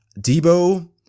Debo